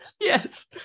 Yes